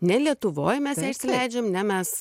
ne lietuvoj mes ją išsileidžiam ne mes